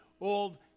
Old